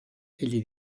egli